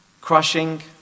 crushing